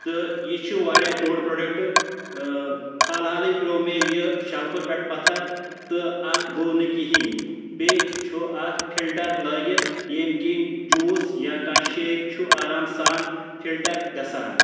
تہٕ یہِ چھُ واریاہ دوٚر پروڈکٹ حال حالٕے پیٚو مےٚ یہِ شلفہٕ پٮ۪ٹھ پَتھر تہٕ اَتھ گوٚو نہٕ کہینٛۍ بیٚیہِ چھُ اَتھ فِلٹر لٲگِتھ ییٚمہِ کِنۍ جوٗس یا کانٛہہ شیک چھُ آرام سان فِلٹر گژھان